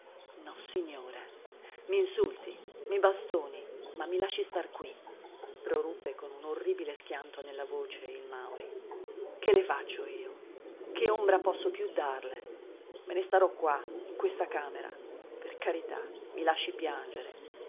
fronte nossignore m'insulti mi bastoni ma mi lasci star qui proruppe con un orribile schianto nella voce il mauri che le faccio io che ombra posso più darle me ne starò qua in questa camera per carità i lasci piangere